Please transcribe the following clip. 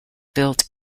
built